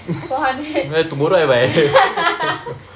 four hundred